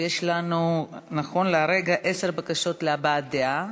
יש לנו, נכון להרגע, עשר בקשות להבעת דעה.